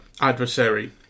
adversary